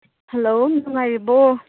hello ꯅꯨꯡꯉꯥꯏꯔꯤꯕꯣ